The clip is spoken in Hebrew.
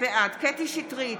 קטי קטרין שטרית,